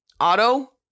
auto